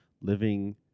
living